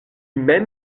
mem